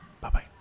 Bye-bye